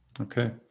Okay